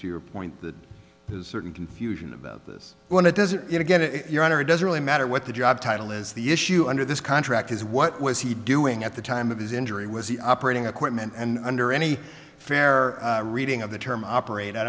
to your point that certain confusion about this when it doesn't get it your honor it doesn't really matter what the job title is the issue under this contract is what was he doing at the time of his injury was he operating equipment and under any fair reading of the term operate i